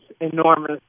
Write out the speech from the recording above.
enormous